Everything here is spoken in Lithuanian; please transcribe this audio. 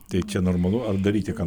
tai čia normalu ar daryti ką